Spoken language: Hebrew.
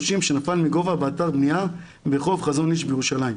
שנפל מגובה באתר בנייה ברחוב חזון איש בירושלים.